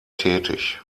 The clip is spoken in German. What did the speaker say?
tätig